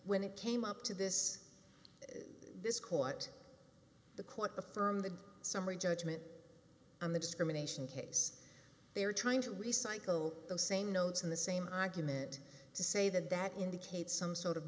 when it came up to this this caught the court affirm the summary judgment on the discrimination case they're trying to recycle the same notes in the same argument to say that that indicates some sort of